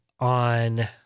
On